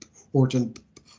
important